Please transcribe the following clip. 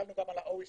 הסתכלנו גם על ה-OECD.